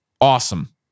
Awesome